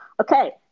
okay